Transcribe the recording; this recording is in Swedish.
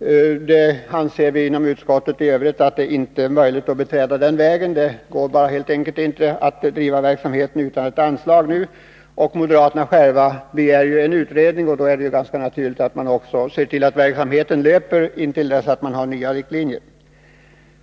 i övrigt anser vi inte att det är möjligt att beträda den vägen — det går helt enkelt inte att bedriva verksamheten utan ett anslag nu. Moderaterna begär ju själva en utredning, och därför vore det ganska naturligt att också se till att verksamheten löper intill dess det finns nya riktlinjer.